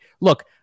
look